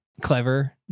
clever